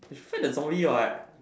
should fight the zombie what